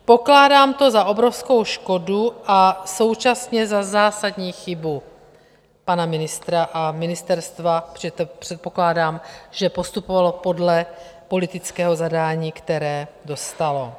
Pokládám to za obrovskou škodu a současně za zásadní chybu pana ministra a ministerstva, protože předpokládám, že postupovalo podle politického zadání, které dostalo.